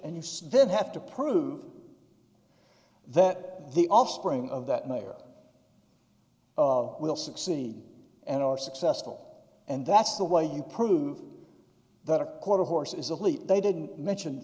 and you still have to prove that the offspring of that mayor will succeed and are successful and that's the way you prove that a quarter horse is elite they didn't mention